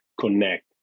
connect